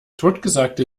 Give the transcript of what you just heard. totgesagte